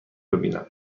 ببینم